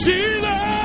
Jesus